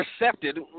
intercepted